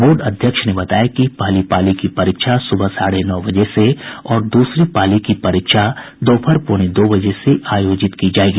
board अध्यक्ष ने बताया कि पहली पाली की परीक्षा सुबह साढ़े नौ बजे से और दूसरी पाली की परीक्षा दोपहर पौने दो बजे से आयोजित की जायेगी